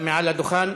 מעל הדוכן.